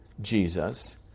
Jesus